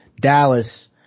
Dallas